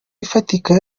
ifatika